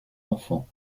enfants